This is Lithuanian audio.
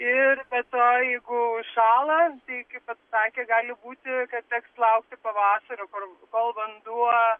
ir be to jeigu užšąla tai kaip vat sakė gali būti kad teks laukti pavasario kor kol vanduo